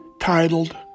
titled